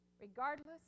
regardless